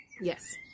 yes